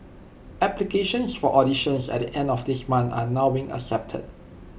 applications for auditions at the end of this month are now being accepted